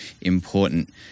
important